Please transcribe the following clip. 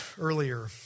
earlier